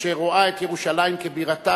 אשר רואה את ירושלים כבירתה,